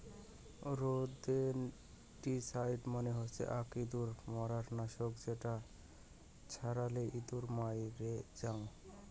rodenticide মানে হসে আক ইঁদুর মারার নাশক যেটা ছড়ালে ইঁদুর মইরে জাং